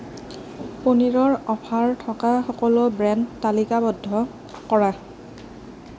পনীৰৰ অফাৰ থকা সকলো ব্ৰেণ্ড তালিকাবদ্ধ কৰা